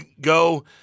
go –